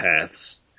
paths